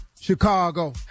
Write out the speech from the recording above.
Chicago